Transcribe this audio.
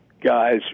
guys